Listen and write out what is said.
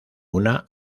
una